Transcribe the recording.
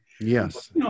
Yes